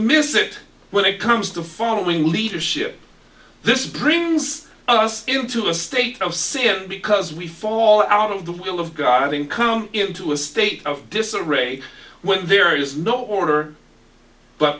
miss it when it comes to following leadership this brings us into a state of saying because we fall out of the will of god and come into a state of disarray when there is no order but